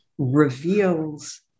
reveals